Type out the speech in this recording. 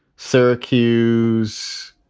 syracuse.